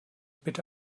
bitte